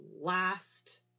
last